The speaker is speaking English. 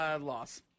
Loss